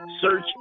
search